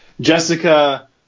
Jessica